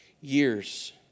years